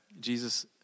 Jesus